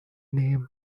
name